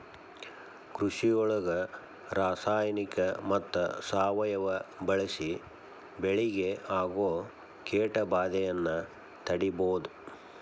ಕೃಷಿಯೊಳಗ ರಾಸಾಯನಿಕ ಮತ್ತ ಸಾವಯವ ಬಳಿಸಿ ಬೆಳಿಗೆ ಆಗೋ ಕೇಟಭಾದೆಯನ್ನ ತಡೇಬೋದು